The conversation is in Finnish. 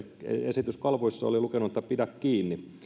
esityskalvoissa oli lukenut että pidä kiinni